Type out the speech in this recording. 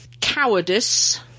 Cowardice